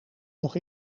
nog